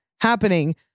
happening